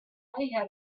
had